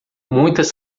muitas